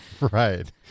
Right